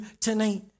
tonight